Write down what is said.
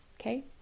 Okay